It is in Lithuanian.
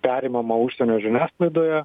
perimama užsienio žiniasklaidoje